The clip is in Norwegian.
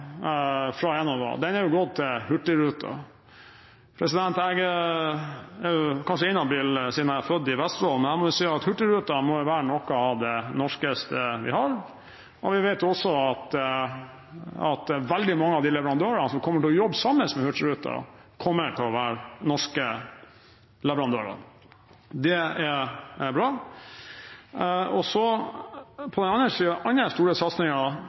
gått til Hurtigruten. Jeg er kanskje inhabil siden jeg er født i Vesterålen, men jeg må si at Hurtigruten må være noe av det norskeste vi har, og vi vet også at veldig mange av de leverandørene som kommer til å jobbe sammen med Hurtigruten, kommer til å være norske leverandører. Det er bra. Den andre store satsingen er å muliggjøre helelektrisk og delelektrisk drift av fergeflåten vår. Der ligger det i sakens natur på